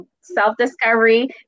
self-discovery